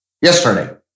yesterday